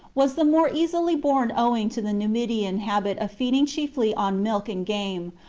was the more easily borne owing to the numidian habit of feeding chiefly on milk and game,